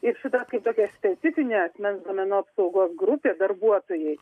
ir šita kaip tokia specifinė asmens duomenų apsaugos grupė darbuotojai